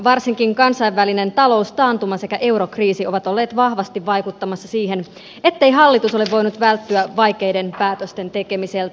varsinkin kansainvälinen taloustaantuma sekä eurokriisi ovat olleet vahvasti vaikuttamassa siihen ettei hallitus ole voinut välttyä vaikeiden päätösten tekemiseltä